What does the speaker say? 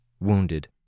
wounded